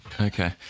Okay